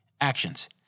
Actions